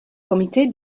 comité